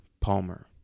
Palmer